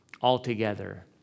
altogether